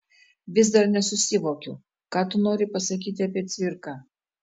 vis dar nesusivokiu ką tu nori pasakyti apie cvirką